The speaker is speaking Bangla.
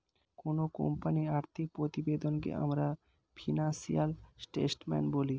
কোনো কোম্পানির আর্থিক প্রতিবেদনকে আমরা ফিনান্সিয়াল স্টেটমেন্ট বলি